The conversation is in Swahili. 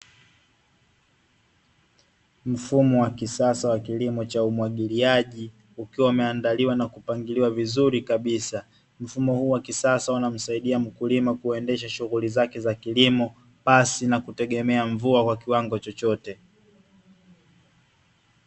Mfumo wa kisasa wa kilimo cha umwagiliaji ukiwa umeandaliwa na kupangiliwa vizuri kabisa, mfumo huu wa kisasa unamsaidia mkulima kuendesha shughuli zake za kilimo basi na kutegemea mvua kwa kiwango chochote.